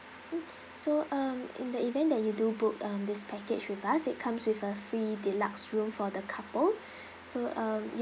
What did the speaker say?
mm so um in the event that you do book um this package with us it comes with a free deluxe room for the couple so uh